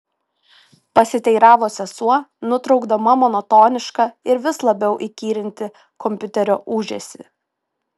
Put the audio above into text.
pasiteiravo sesuo nutraukdama monotonišką ir vis labiau įkyrintį kompiuterio ūžesį